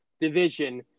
division